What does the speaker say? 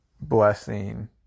blessing